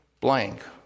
blank